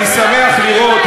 אני שמח לראות,